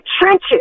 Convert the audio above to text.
trenches